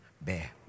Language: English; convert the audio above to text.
bear